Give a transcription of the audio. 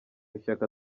ishyaka